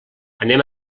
anem